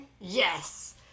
Yes